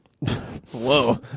Whoa